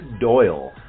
Doyle